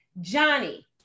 Johnny